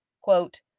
quote